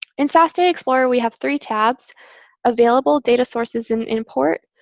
in sas data explorer, we have three tabs available, data sources, and import.